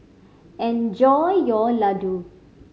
enjoy your Ladoo